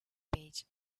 page